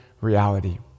reality